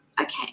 Okay